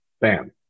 Bam